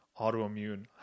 autoimmune